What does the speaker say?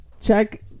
check